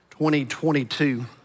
2022